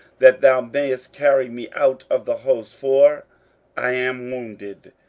that thou mayest carry me out of the host for i am wounded.